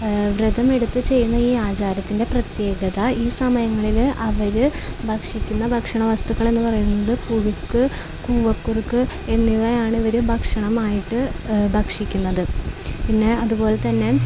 വ്രതവുമെടുത്ത് ചെയ്യുന്ന ഈ ആചാരത്തിൻ്റെ പ്രത്യേകത ഈ സമയങ്ങളിൽ അവർ ഭക്ഷിക്കുന്ന ഭക്ഷണ വസ്തുക്കളെന്ന് പറയുന്നത് പുഴുക്ക് കൂവക്കുറുക്ക് എന്നിവയാണ് ഇവർ ഭക്ഷണമായിട്ട് ഭക്ഷിക്കുന്നത് പിന്നെ അതുപോലെ തന്നെ